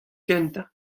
kentañ